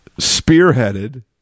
spearheaded